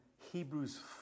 Hebrews